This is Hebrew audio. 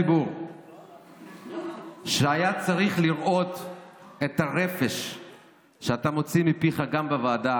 בפני הציבור שהיה צריך לראות את הרפש שאתה מוציא מפיך גם בוועדה